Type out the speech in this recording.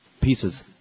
Pieces